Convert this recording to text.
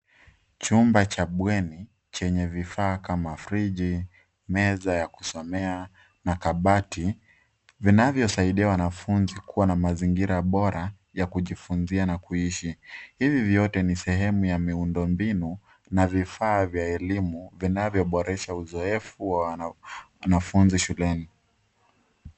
Chumba cha bweni chenye vifaa kama friji, meza ya kusomea na kabati, vinavyosaidia wanafunzi kuwa na mazingira bora ya kujifunzia na kuishi. Hivi vyote ni sehemu ya miundo mbinu na vifaa vya elimu vinavyoboresha uzoefu wa wanafunzi shuleni.